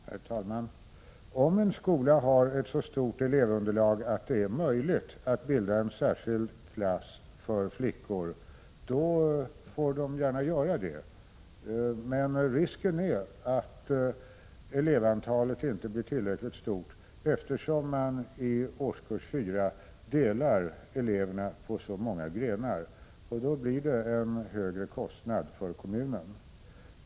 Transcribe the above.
Herr talman! Om en skola har ett så stort elevunderlag att det är möjligt att bilda en särskild klass för enbart flickor, får den gärna göra det. Risken är att elevantalet inte blir tillräckligt stort eftersom man i årskurs 4 delar eleverna på så många grenar. Då blir det en högre kostnad för kommunen.